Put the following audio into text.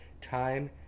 time